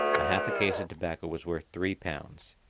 a half a case of tobacco was worth three pounds.